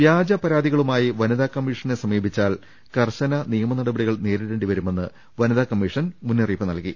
വ്യാജ പരാതികളുമായി വനിതാ കമ്മീഷനെ സമീപിച്ചാൽ കർശന നിയമ നടപടികൾ നേരിടേണ്ടി വരുമെന്ന് വനിതാ കമ്മീഷൻ മുന്നറിയിപ്പ് നൽകി